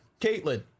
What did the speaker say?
Caitlin